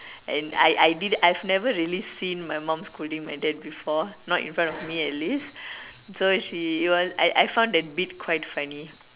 and I I did I've never really seen my mom scolding my dad before not in front of me atleast so she it was I I found that bit quite funny